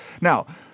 Now